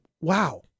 wow